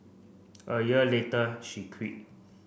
a year later she quit